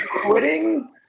quitting